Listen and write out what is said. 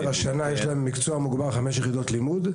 השנה יש מקצוע מוגבר בחמש יחידות לימוד.